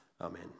Amen